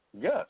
Yes